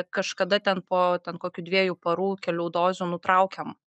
kažkada ten po kokių dviejų parų kelių dozių nutraukiam